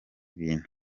bintu